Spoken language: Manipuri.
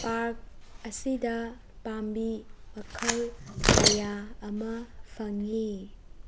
ꯄꯥꯔꯛ ꯑꯁꯤꯗ ꯄꯥꯝꯕꯤ ꯃꯈꯜ ꯀꯌꯥ ꯑꯃ ꯐꯪꯏ